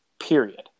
period